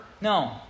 No